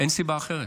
אין סיבה אחרת.